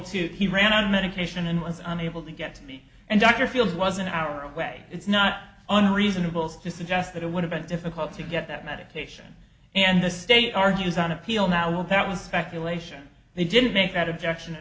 to he ran on medication and was unable to get to me and dr fields was an hour away it's not only reasonable to suggest that it would have been difficult to get that medication and the state argues on appeal now well that was speculation they didn't make that objection a